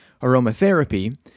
aromatherapy